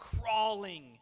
crawling